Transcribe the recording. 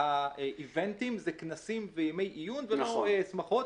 האירועים הם כנסים וימי עיון ולא שמחות.